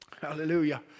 Hallelujah